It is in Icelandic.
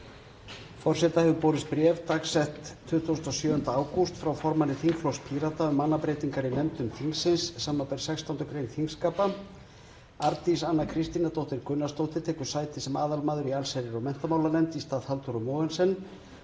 Forseta hefur borist bréf, dagsett 27. ágúst sl., frá formanni þingflokks Pírata um mannabreytingar í nefndum þingsins, sbr. 16. gr. þingskapa: Arndís Anna Kristínardóttir Gunnarsdóttir tekur sæti sem aðalmaður í allsherjar- og menntamálanefnd í stað Halldóru Mogensen